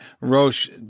Roche